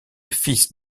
fils